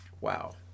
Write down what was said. wow